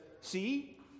see